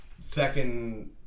second